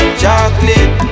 chocolate